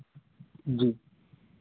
जी